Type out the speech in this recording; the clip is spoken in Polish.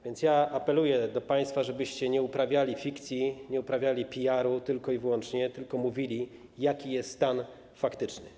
Więc apeluję do państwa, żebyście nie uprawiali fikcji, nie uprawiali PR-u tylko i wyłącznie, tylko mówili, jaki jest stan faktyczny.